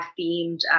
themed